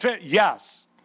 Yes